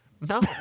No